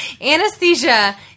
anesthesia